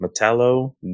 Metallo